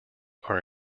are